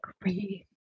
agree